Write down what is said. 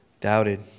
doubted